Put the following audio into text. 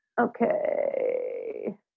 Okay